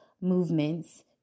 movements